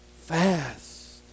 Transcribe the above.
fast